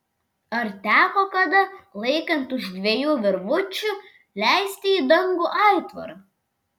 ar teko kada laikant už dviejų virvučių leisti į dangų aitvarą